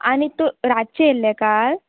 आनी तूं रातचे येल्लें काल